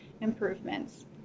improvements